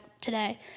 today